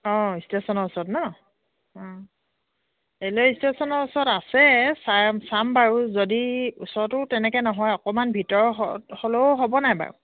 অঁ ষ্টেচনৰ ওচৰত নহ্ অঁ ৰেলৱে ষ্টেচনৰ ওচৰত আছে চা চাম বাৰু যদি ওচৰতো তেনেকৈ নহয় অকণমান ভিতৰ হ হ'লেও হ'ব নাই বাৰু